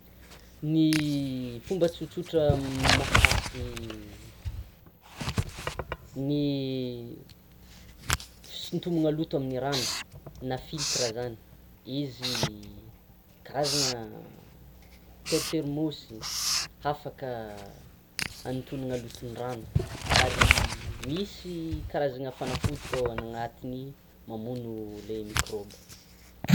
Ny fomba tsotsotra mikasiky ny fisintomana loto amin'ny rano, na filtre zany izy karazana ter- termôsy hafaka hanintonana loton-drano ary misy karazana fanafody koa ao anatiny, mamono ilay microbe.